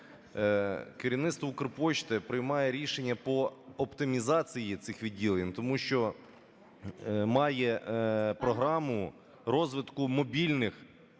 Керівництво "Укрпошти" приймає рішення по оптимізації цих відділень, тому що має програму розвитку мобільних